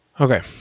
Okay